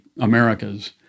America's